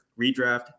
redraft